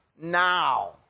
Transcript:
now